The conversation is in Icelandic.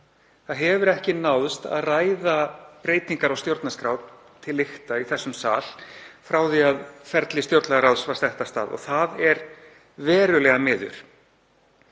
Ekki hefur náðst að leiða breytingar á stjórnarskrá til lykta í þessum sal frá því að ferli stjórnlagaráðs var sett af stað og það er verulega miður.